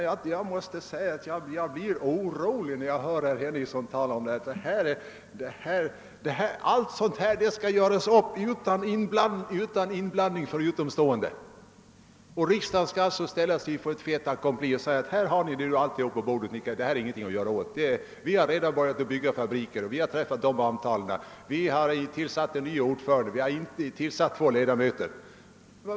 Jag måste säga att jag blir orolig när jag hör herr Henningsson säga att allt sådant här skall göras upp utan inblandning av utomstående. Riksdagen skall alltså ställas inför ett fait accompli, man skall säga: »Här har ni nu alltihop på bordet, och det är ingenting att göra åt. Vi har redan börjat bygga fabriker, träffat avtal, tillsatt en ny ordförande och två nya ledamöter.